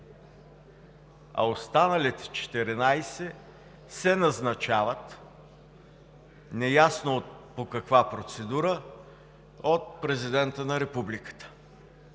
…а останалите 14 се назначават, неясно по каква процедура, от президента на републиката.